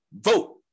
vote